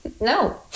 no